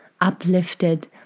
uplifted